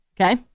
Okay